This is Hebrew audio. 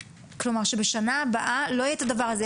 כלומר שבשנה הבאה לא יהיה את הדבר הזה.